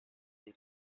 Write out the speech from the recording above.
des